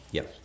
Yes